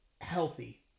Healthy